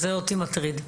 אותי זה מטריד.